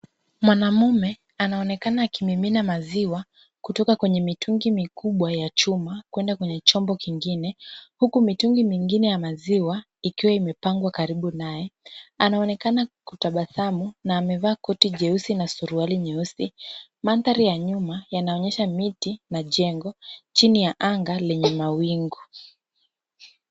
Mwanamume anaonekana akimimina maziwa kutoka kwenye mitungi mikubwa ya chuma kwenda kwenye chombo kingine huku mitungi mingine ya maziwa ikiwa imepangwa karibu naye anaonekana kutabasamu na amevaa koti jeusi na suruali nyeusi. Mandhari ya nyuma yanaonyesha miti na jengo chini ya anga lenye mawingu.